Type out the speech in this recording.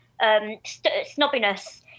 snobbiness